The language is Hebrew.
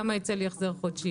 כמה ייצא לי החזר חודשי.